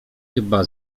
chyba